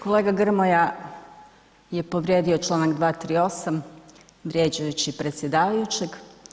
Kolega Grmoja je povrijedio članak 238. vrijeđajući predsjedavajućeg.